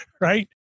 right